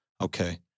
Okay